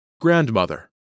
grandmother